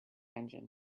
engine